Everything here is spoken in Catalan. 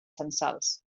censals